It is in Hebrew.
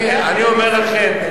אני אומר לכם,